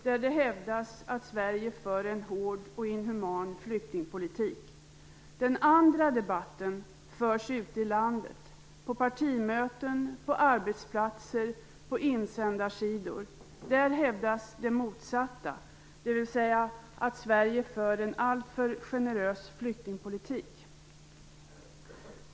Där hävdas det att Sverige för en hård och inhuman flyktingpolitik. Den andra debatten förs ute i landet, på partimöten, på arbetsplatser och på insändarsidor. Där hävdas det motsatta, dvs. att Sverige för en alltför generös flyktingpolitik.